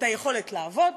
את היכולת לעבוד,